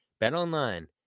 BetOnline